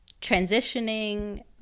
transitioning